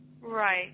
Right